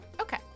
okay